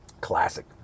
classic